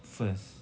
first